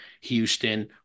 Houston